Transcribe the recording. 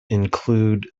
include